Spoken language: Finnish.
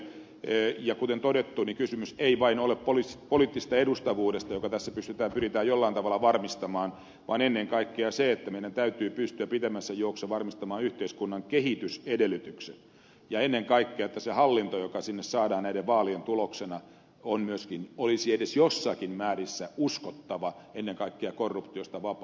ja kuten todettu kysymys ei ole vain poliittisesta edustavuudesta joka tässä pyritään jollain tavalla varmistamaan vaan ennen kaikkea siitä että meidän täytyy pystyä pitemmässä juoksussa varmistamaan yhteiskunnan kehitysedellytykset ja ennen kaikkea että se hallinto joka sinne saadaan näiden vaalien tuloksena olisi edes jossakin määrin uskottava ennen kaikkea korruptiosta vapaa